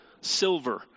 silver